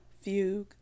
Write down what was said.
Fugue